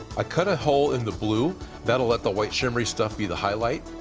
i cut a hole in the blue that'll let the white shimmery stuff be the highlight.